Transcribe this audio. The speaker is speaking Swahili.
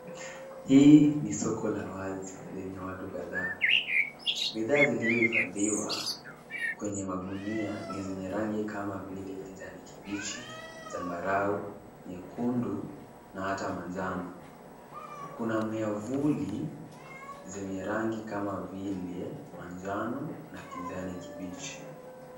Hii ni soko la wazi lenye watu kadhaa. Bidhaa zilizohifadhiwa kwenye magunia ni zenye rangi kama vile kijani kibichi, zambarau, nyekundu na hata manjano. Kuna miavuli zenye rangi kama vile manjano na kijani kibichi.